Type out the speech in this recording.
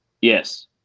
yes